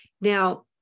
Now